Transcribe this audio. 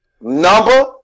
Number